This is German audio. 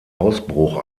ausbruch